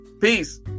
peace